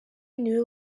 niwe